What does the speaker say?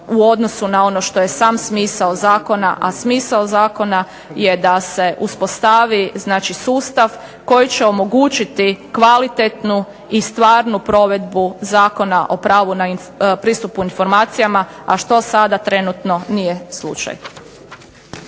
u odnosu na ono što je sam smisao zakona. A smisao zakona je da se uspostavi znači sustav koji će omogućiti kvalitetnu i stvarnu provedbu Zakona o pravu na pristupu informacijama a što sada trenutno nije slučaj.